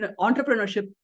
entrepreneurship